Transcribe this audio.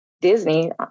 Disney